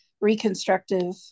reconstructive